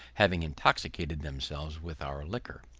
having intoxicated themselves with our liquor.